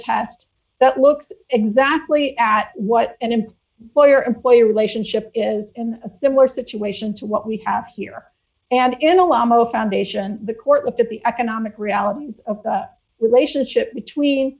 test that looks exactly at what and in lawyer employer relationship is in a similar situation to what we have here and in a llama foundation the court looked at the economic realities of relationship between